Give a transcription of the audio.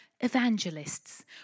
evangelists